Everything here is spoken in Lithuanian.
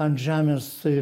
ant žemės tai